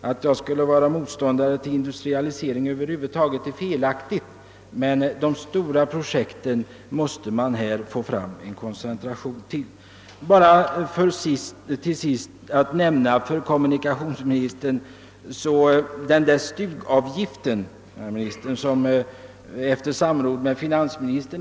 Att jag skulle vara motståndare till industrialisering över huvud taget är felaktigt, men man måste få fram en koncentration av de stora projekten. Efter samråd med finansministern har kommunikationsministern lämnat besked om stugavgiften.